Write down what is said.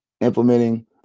implementing